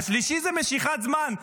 השלישי זה משיכת זמן,